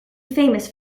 famous